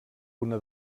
una